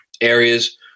areas